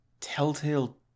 Telltale